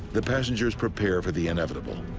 the passengers prepare for the inevitable.